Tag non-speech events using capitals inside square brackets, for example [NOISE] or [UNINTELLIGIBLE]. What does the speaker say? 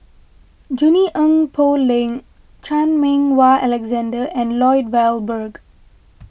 Junie [UNINTELLIGIBLE] Poh Leng Chan Meng Wah Alexander and Lloyd Valberg